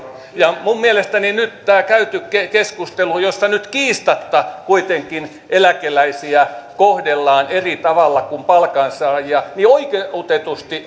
minun mielestäni nyt tämä käyty keskustelu jossa nyt kiistatta kuitenkin eläkeläisiä kohdellaan eri tavalla kuin palkansaajia oikeutetusti